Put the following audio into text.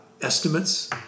estimates